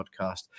podcast